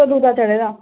कदूं दा चढे़ दा